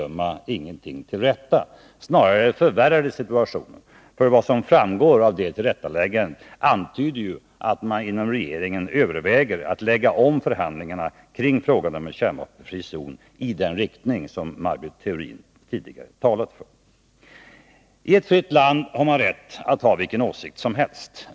Snarare förvärrar 33 3 Riksdagens protokoll 1982/83:31-32 det situationen. Tillrättaläggandet antyder ju att man inom regeringen överväger att lägga om förhandlingarna kring frågan om en kärnvapenfri zon i den riktning som Maj Britt Theorin talat för. I ett fritt land har man rätt att ha vilken åsikt som helst.